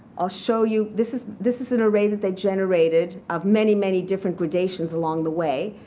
i'll show you this is this is an array that they generated of many, many different gradations along the way.